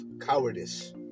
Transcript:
cowardice